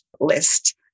list